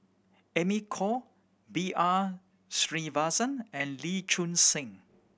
Amy Khor B R Sreenivasan and Lee Choon Seng